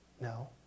no